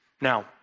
Now